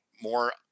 more